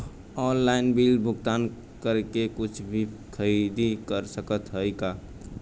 Online bill भुगतान करके कुछ भी खरीदारी कर सकत हई का?